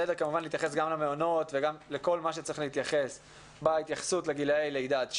וכמובן גם למעונות ולכל מה שצריך בגילאי לידה עד שש,